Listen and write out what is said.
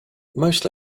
most